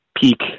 peak